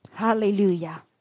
hallelujah